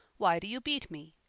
why do you beat me?